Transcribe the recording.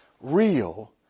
real